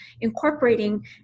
incorporating